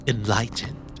Enlightened